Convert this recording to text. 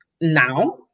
now